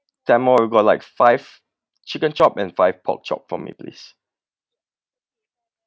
ten more we got like five chicken chop and five pork chop for me please